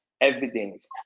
evidence